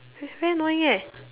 ve~ very annoying